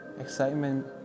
excitement